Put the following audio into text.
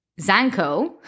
Zanko